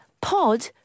Pod